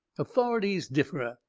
authorities differ,